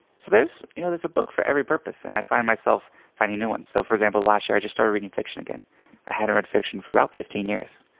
so there's you know there's a book for every purpose and i find myself finding new ones. so for example, last year i just started reading fiction again. i hadn't read fiction for about fifteen years.